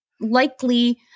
likely